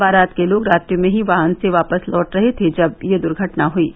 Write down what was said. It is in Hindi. बारात के लोग रात्रि में ही वाहन से वापस लौट रहे थे जब यह दुर्घटना हुयी